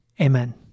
Amen